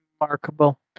Remarkable